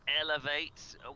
elevates